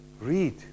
Read